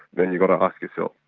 then you've got to ask yourself,